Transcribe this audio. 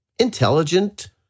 Intelligent